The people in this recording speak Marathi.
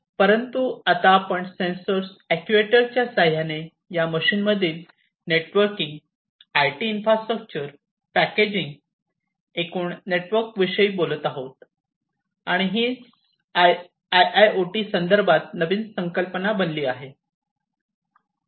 परंतु आता आपण सेन्सर्स अॅक्ट्युएटर्सच्या सहाय्याने या मशीनमधील नेटवर्किंगआयटी इन्फ्रास्ट्रक्चर पॅकेजिंग एकूण नेटवर्कविषयी बोलत आहोत आणि हीच आयआयओटीच्या संदर्भात नवीन संकल्पना बनली आहे